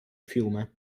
fiume